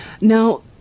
Now